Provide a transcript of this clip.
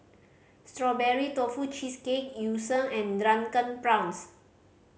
Strawberry Tofu Cheesecake Yu Sheng and Drunken Prawns